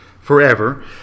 forever